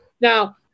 Now